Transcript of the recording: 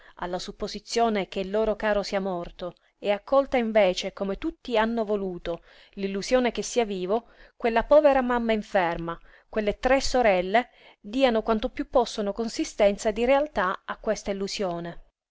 alla supposizione che il loro caro sia morto e accolta invece come tutti hanno voluto l'illusione che sia vivo quella povera mamma inferma quelle tre sorelle diano quanto piú possono consistenza di realtà a questa illusione